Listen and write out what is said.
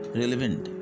relevant